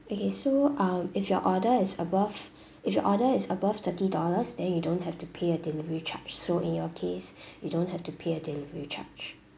okay so um if your order is above if your order is above thirty dollars then you don't have to pay a delivery recharge so in your case you don't have to pay a delivery charge ya